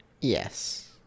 Yes